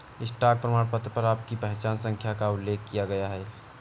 stock प्रमाणपत्र पर आपकी पहचान संख्या का उल्लेख किया गया है